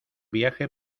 viaje